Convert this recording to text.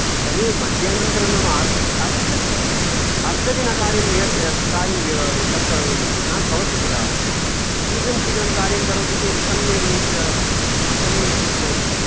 तदेव मध्याह्नानन्तरं नाम अर् अर्ध अर्धदिनकार्यं यत् तत्र न भवति किल शीघ्रं शीघ्रं कार्यं करोति चेत् सम्यग्रीत्या सम्यग्रीत्या भवति